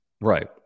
Right